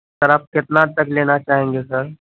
سر آپ کتنا تک لینا چاہیں گے سر